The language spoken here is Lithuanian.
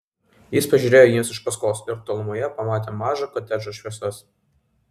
jis pažiūrėjo jiems iš paskos ir tolumoje pamatė mažo kotedžo šviesas